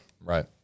Right